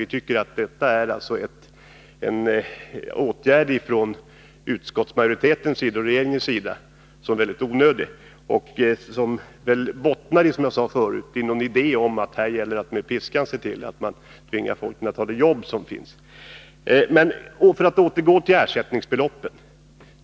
Vi tycker att det är en åtgärd från utskottsmajoritetens och regeringens sida som är väldigt onödig. Sannolikt bottnar den i, som jag sade tidigare, en idé om att det här gäller att med piskan se till att människorna tvingas ta de jobb som finns. Jag återgår till detta med ersättningsbeloppet.